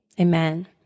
amen